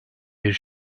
bir